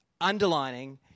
Underlining